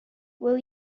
will